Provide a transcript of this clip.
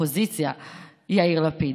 האופוזיציה יאיר לפיד,